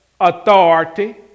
authority